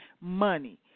money